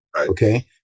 okay